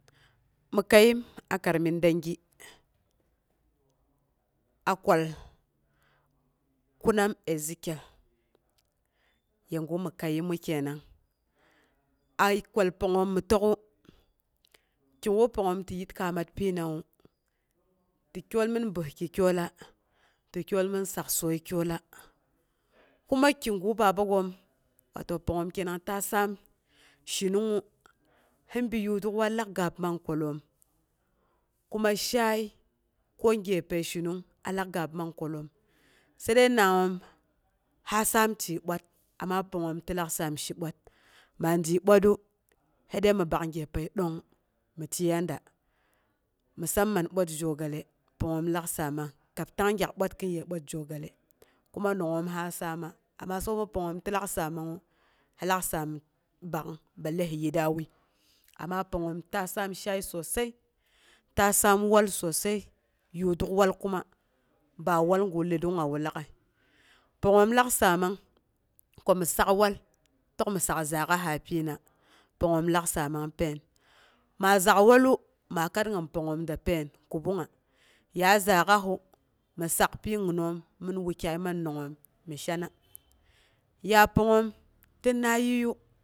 Mi kəiem a karamin dangi a kwal kunam ezekiel yegu mi kəiemu kenang. A kwal pangngoom mi tək'u, kigu pangngoom ti yit kaamat pyinawu, ti kyol min saksoii kyola, kum kigu babagoom watau pangngoom kenang ta saam shinungngu, sɨn bi yuduk wallak gaab man kwallom. Kuma shaai ko gye pəishinung alak gaab man kwalloom, sai dəi nangngoom, ha saam tiei ɓwat, ama pangngoom ti lak saam shi ɓwat, maa diyi bwatru sai dai mi bak gye pəi dongng mi tieiya da. Musamman bwat zhogalle pangngoom lak saamang kab tang gyak bwat-kiroye bwat zhogalle, kuma nangngəm ha saama, ama sab mi pangngoom ti lah saamangngu hi lak saan bak'ung balle hi yitra wui. Ama pangngoom ta saam shaai susai, ta saam wal susai yorok wal kuma ba wal gu ledongngawu lag'ai. Pangngoom lak komi sak wal tək sak zaak'aha pyina, pangngoom lak saamang pain. Ma zak wallu ma kar gin pangngoom da pain kubungnga ya zaak'ashu maa sak pyi ginoom min wukyai man nangngoom mi shana ya pangngoom tɨnna yiiyu.